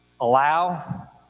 allow